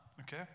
okay